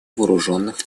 вооруженных